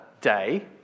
day